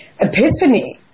epiphany